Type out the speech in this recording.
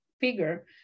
figure